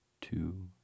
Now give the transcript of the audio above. Two